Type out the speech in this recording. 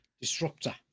Disruptor